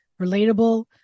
relatable